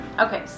Okay